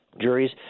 Juries